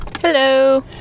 Hello